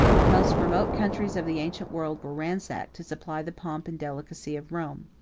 the most remote countries of the ancient world were ransacked to supply the pomp and delicacy of rome.